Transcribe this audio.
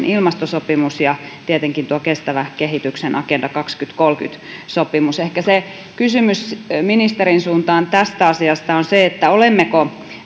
ilmastosopimus ja tietenkin tuo kestävän kehityksen agenda kaksituhattakolmekymmentä sopimus ehkä se kysymys ministerin suuntaan tästä asiasta on se olemmeko